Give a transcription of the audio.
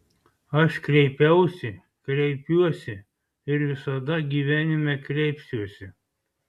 aš kreipiausi kreipiuosi ir visada gyvenime kreipsiuosi